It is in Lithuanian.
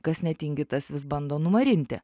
kas netingi tas vis bando numarinti